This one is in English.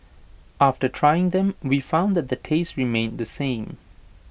after trying them we found that the taste remained the same